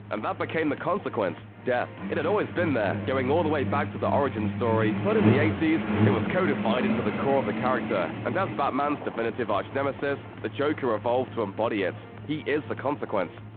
and that became the consequence death. it had always been going all the way back to the origin story, but in the eighty s, it was codified into the core of the character, and as batman's definitive arch-nemesis, the joker evolved to embody it. he is the consequence.